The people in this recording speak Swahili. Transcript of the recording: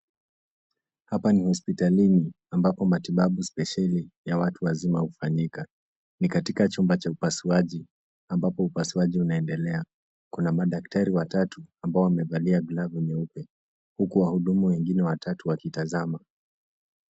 Hapa ni hospitalini ambapo matibabu spesheli ya watu wazima hufanyika. Ni katika chumba cha upasuaji ambapo upasuaji unaendelea. Kuna madaktari watatu ambao wamevalia glavu nyeupe huku wahudumu wengine watatu wakitazama.